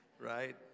right